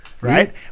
right